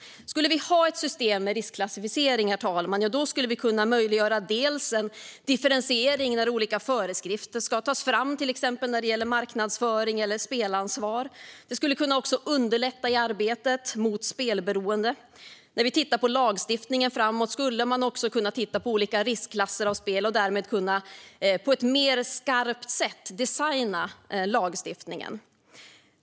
Skulle vi ha ett system med riskklassificering, herr talman, skulle det vara möjligt att göra en differentiering när olika föreskrifter tas fram, till exempel när det gäller marknadsföring eller spelansvar. Det skulle också kunna underlätta arbetet mot spelberoende. När vi tittar på lagstiftningen framåt skulle man kunna titta på olika riskklasser för spel och därmed på ett mer skarpt sätt kunna designa lagstiftningen.